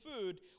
food